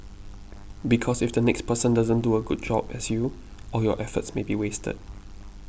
because if the next person doesn't do a good job as you all your efforts may be wasted